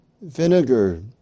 vinegar